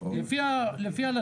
בענווה אני אומר את זה,